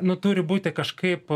nu turi būti kažkaip